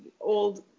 old